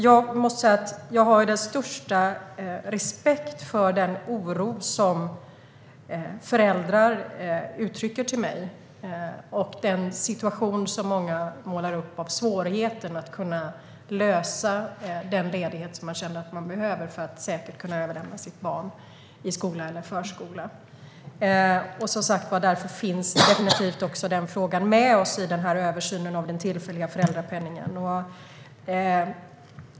Jag har den största respekt för den oro som föräldrar uttrycker, och för den svårighet som många målar upp när det gäller att lösa den ledighet man känner att man behöver för att säkert kunna lämna sitt barn i skolan eller förskolan. Därför finns den frågan med i översynen av den tillfälliga föräldrapenningen.